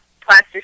plaster